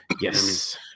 Yes